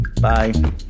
bye